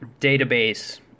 database